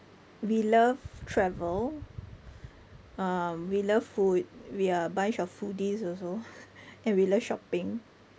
we love travel uh we love food we are a bunch of foodies also and we love shopping